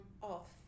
Off